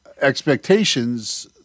expectations